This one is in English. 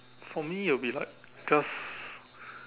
for me it will be like just